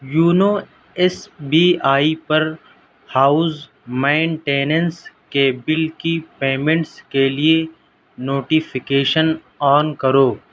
YONO S B I پر house maintenance کے bill کی پیمنٹس کے لیے نوٹیفیکیشن آن کرو